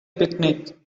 picnic